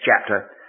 chapter